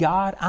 God